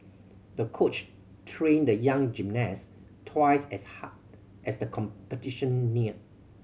the coach trained the young gymnast twice as hard as the competition neared